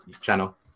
channel